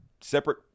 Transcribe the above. separate